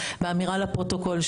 באמירה לפרוטוקול,